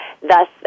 thus